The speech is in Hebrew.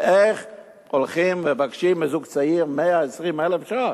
ואיך הולכים ומבקשים מזוג צעיר 120,000 ש"ח?